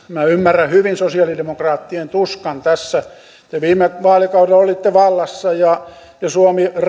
minä ymmärrän hyvin sosialidemokraattien tuskan tässä te viime vaalikaudella olitte vallassa ja suomen